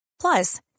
Plus